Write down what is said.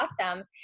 awesome